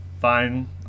fine